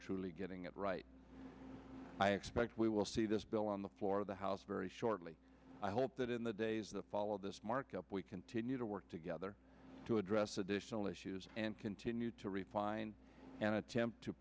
truly getting it right i expect we will see this bill on the floor of the house very shortly i hope that in the days that follow this markup we continue to work together to address additional issues and continue to refine and attempt to